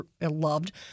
loved